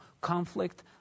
conflict